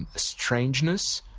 and strangeness,